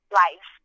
life